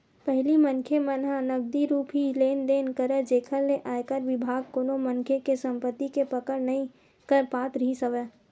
पहिली मनखे मन ह नगदी रुप ही लेन देन करय जेखर ले आयकर बिभाग कोनो मनखे के संपति के पकड़ नइ कर पात रिहिस हवय